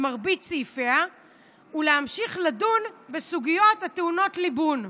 מרבית סעיפיה ולהמשיך לדון בסוגיות הטעונות ליבון.